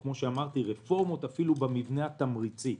ואפילו רפורמות במבנה התמריצי.